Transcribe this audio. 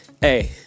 Hey